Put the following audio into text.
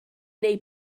neu